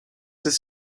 ses